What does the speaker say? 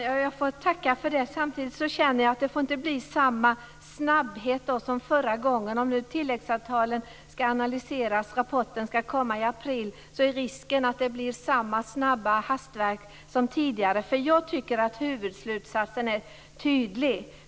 Fru talman! Jag tackar för det. Samtidigt känner jag att det inte får bli samma snabbhet som förra gången. Om tilläggsavtalen skall analyseras och rapporten skall komma i april finns ju risken att det blir samma hastverk som tidigare. Jag tycker att huvudslutsatsen är tydlig.